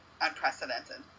unprecedented